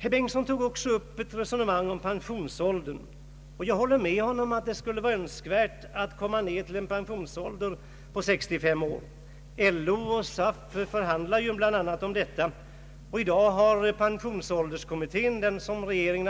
Herr Bengtson tog också upp ett resonemang om pensionsåldern. Jag håller med honom om att det skulle vara önskvärt att komma ned till en pensionsålder av 65 år. LO och SAF förhandlar ju bl.a. om detta, och i dag har den av regeringen